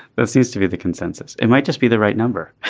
that seems to be the consensus. it might just be the right number.